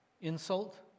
Insult